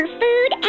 food